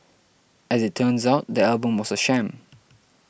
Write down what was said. as it turns out the album was a sham